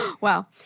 Wow